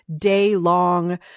day-long